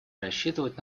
рассчитывать